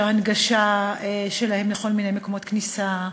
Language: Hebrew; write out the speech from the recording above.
הנגשה של כל מיני מקומות לכניסה שלהם,